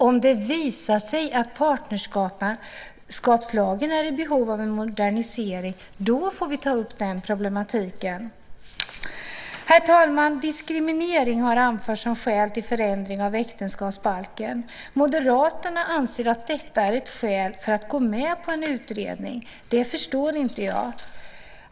Om det visar sig att partnerskapslagen är i behov av en modernisering får vi ta upp den problematiken då. Fru talman! Diskriminering har anförts som skäl till en förändring av äktenskapsbalken. Moderaterna anser att detta är ett skäl för att gå med på en utredning. Det förstår inte jag.